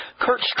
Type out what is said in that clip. Kurt